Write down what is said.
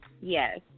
Yes